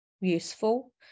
useful